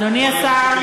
אדוני השר.